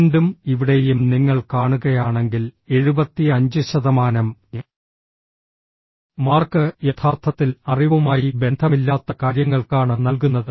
വീണ്ടും ഇവിടെയും നിങ്ങൾ കാണുകയാണെങ്കിൽ 75 ശതമാനം മാർക്ക് യഥാർത്ഥത്തിൽ അറിവുമായി ബന്ധമില്ലാത്ത കാര്യങ്ങൾക്കാണ് നൽകുന്നത്